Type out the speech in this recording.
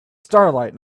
starlight